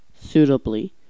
suitably